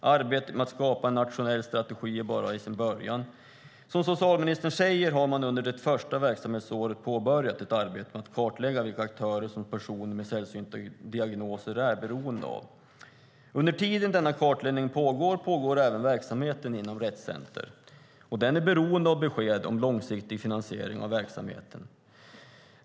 Arbetet med att skapa en nationell strategi är bara i sin början. Som socialministern säger har man under det första verksamhetsåret påbörjat ett arbete med att kartlägga vilka aktörer som personer med sällsynta diagnoser är beroende av. Under tiden denna kartläggning pågår fortsätter även verksamheten inom Rett Center, och den är beroende av besked om långsiktig finansiering av verksamheten.